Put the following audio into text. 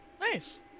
Nice